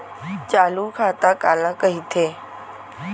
चालू खाता काला कहिथे?